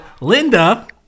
linda